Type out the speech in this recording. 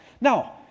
Now